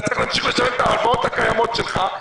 אתה צריך להמשיך לשלם את ההלוואות הקיימות שלך,